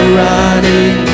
running